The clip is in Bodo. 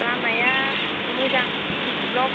लामाया मोजां सि सि ब्ल'क